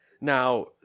Now